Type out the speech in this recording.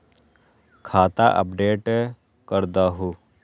खाता अपडेट करदहु?